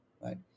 Right